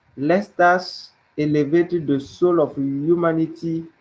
let us elevate and the soul of humanity,